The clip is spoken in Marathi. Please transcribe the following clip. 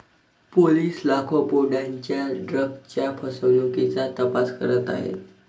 पोलिस लाखो पौंडांच्या ड्रग्जच्या फसवणुकीचा तपास करत आहेत